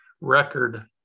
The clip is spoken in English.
record